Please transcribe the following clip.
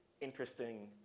interesting